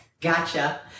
Gotcha